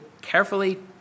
carefully